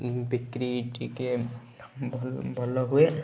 ବିକ୍ରି ଟିକେ ଭଲ ଭଲ ହୁଏ